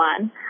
one